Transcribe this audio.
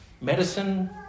medicine